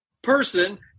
Person